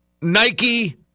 Nike